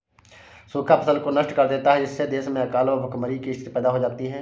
सूखा फसल को नष्ट कर देता है जिससे देश में अकाल व भूखमरी की स्थिति पैदा हो जाती है